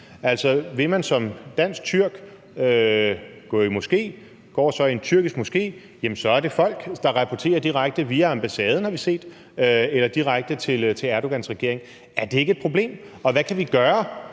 Altså, vil man som dansk-tyrk gå i moské, og går man så i en tyrkisk moské, jamen så er der folk, der rapporterer direkte via ambassaden, har vi set, eller direkte til Erdogans regering. Er det ikke et problem? Og hvad kan vi gøre